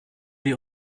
die